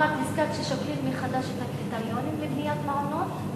הזכרת ששוקלים מחדש את הקריטריונים לבניית מעונות?